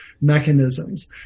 mechanisms